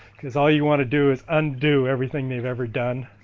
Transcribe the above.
because all you want to do is un-do everything they've ever done